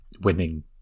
winning